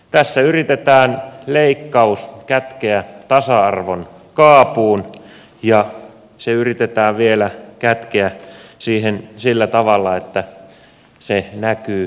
tässä yritetään leikkaus kätkeä tasa arvon kaapuun ja se yritetään vielä kätkeä siihen sillä tavalla että se näkyy läpi